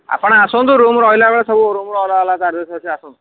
ଆପଣ ଆସନ୍ତୁ ରୁମ୍ ରହିଲାବେଳେ ସବୁ ରୁମ୍ର ଅଲଗା ଅଲଗା ଚାର୍ଜେସ୍ ଅଛି ଆସନ୍ତୁ